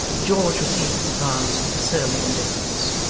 george received this advance with a surly indifference,